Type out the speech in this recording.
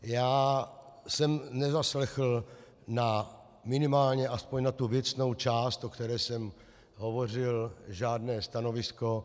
Já jsem nezaslechl minimálně aspoň na tu věcnou část, o které jsem hovořil, žádné stanovisko.